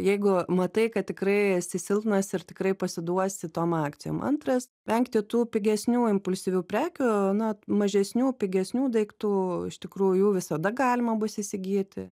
jeigu matai kad tikrai esi silpnas ir tikrai pasiduosi tom akcijom antras vengti tų pigesnių impulsyvių prekių na mažesnių pigesnių daiktų iš tikrųjų visada galima bus įsigyti